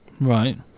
Right